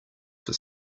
for